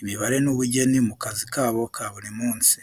imibare n’ubugeni mu kazi kabo ka buri munsi.